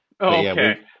Okay